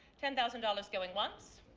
ten thousand dollars going once.